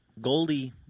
Goldie